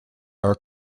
are